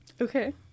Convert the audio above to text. Okay